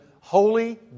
Holy